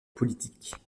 politique